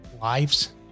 lives